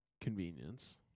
Convenience